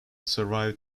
survived